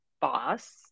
boss